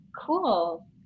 Cool